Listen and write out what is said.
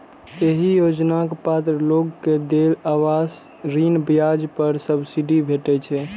एहि योजनाक पात्र लोग कें देय आवास ऋण ब्याज पर सब्सिडी भेटै छै